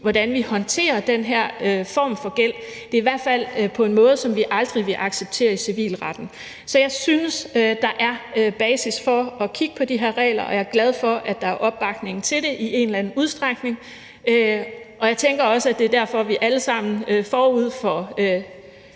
hvordan vi håndterer den her form for gæld; det er i hvert fald på en måde, som vi aldrig ville acceptere i civilretten. Så jeg synes, der er basis for at kigge på de her regler, og jeg er glad for, at der i en eller anden udstrækning er opbakning til det, og jeg tænker også, at det er derfor, vi alle sammen forud for